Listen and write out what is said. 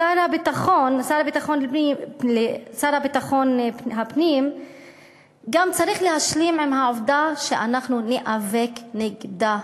השר לביטחון הפנים גם צריך להשלים עם העובדה שאנחנו ניאבק נגדה,